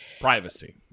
Privacy